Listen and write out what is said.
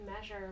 measure